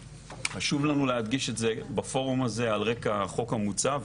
חשוב לנו להדגיש את זה בפורום הזה על רקע החוק המוצע,